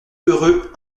heureux